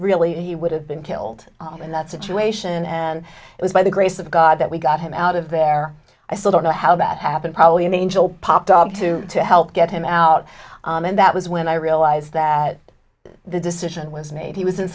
really he would have been killed in that situation and it was by the grace of god that we got him out of there i still don't know how that happened probably an angel popped up too to help get him out and that was when i realized that the decision was made he was in